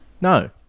No